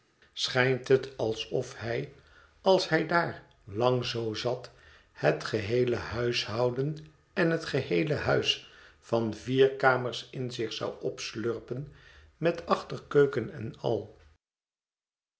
schijnt het alsof hij als hij daar lang zoo zat het geheele huishouden en het geheele huis van vier kamers in zich zou opslurpen met achterkeuken en al